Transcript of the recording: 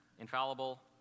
infallible